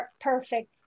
perfect